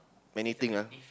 many thing ah